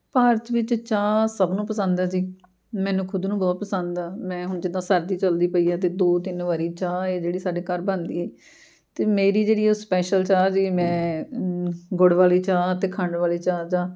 ਭਾਰਤ ਵਿੱਚ ਚਾਹ ਸਭ ਨੂੰ ਪਸੰਦ ਹੈ ਜੀ ਮੈਨੂੰ ਖੁਦ ਨੂੰ ਬਹੁਤ ਪਸੰਦ ਆ ਮੈਂ ਹੁਣ ਜਿੱਦਾਂ ਸਰਦੀ ਚੱਲਦੀ ਪਈ ਆ ਤਾਂ ਦੋ ਤਿੰਨ ਵਾਰੀ ਚਾਹ ਹੈ ਜਿਹੜੀ ਸਾਡੇ ਘਰ ਬਣਦੀ ਅਤੇ ਮੇਰੀ ਜਿਹੜੀ ਉਹ ਸਪੈਸ਼ਲ ਚਾਹ ਜੀ ਮੈਂ ਗੁੜ ਵਾਲੀ ਚਾਹ ਅਤੇ ਖੰਡ ਵਾਲੀ ਚਾਹ ਜਾਂ